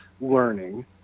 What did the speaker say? learning